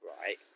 right